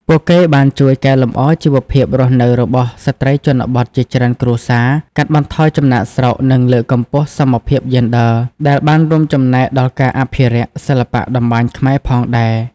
ពួកគេបានជួយកែលម្អជីវភាពរស់នៅរបស់ស្ត្រីជនបទជាច្រើនគ្រួសារ កាត់បន្ថយចំណាកស្រុក និងលើកកម្ពស់សមភាពយេនឌ័រ ដែលបានរួមចំណែកដល់ការអភិរក្សសិល្បៈតម្បាញខ្មែរផងដែរ ។